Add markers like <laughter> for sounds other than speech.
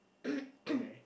<coughs>